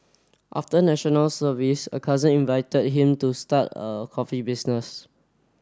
after National Service a cousin invited him to start a coffee business